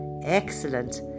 excellent